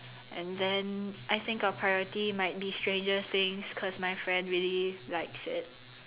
and then I think our priority might be Stranger Things because my friend really likes it